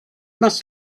must